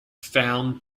found